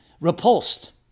repulsed